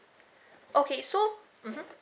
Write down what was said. okay so mmhmm